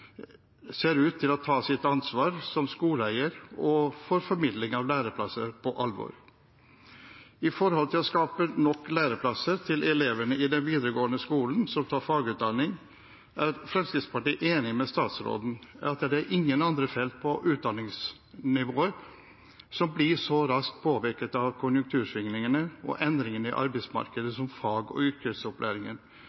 ser ut til å ta sitt ansvar som skoleeier og for formidling av læreplasser på alvor. Når det gjelder å skape nok læreplasser til elevene i den videregående skolen som tar fagutdanning, er Fremskrittspartiet enig med statsråden i at det er ingen andre felt på utdanningsområdet som blir så raskt påvirket av konjunktursvingningene og endringene i arbeidsmarkedet